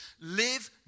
Live